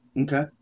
Okay